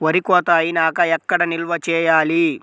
వరి కోత అయినాక ఎక్కడ నిల్వ చేయాలి?